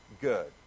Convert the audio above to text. good